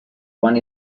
one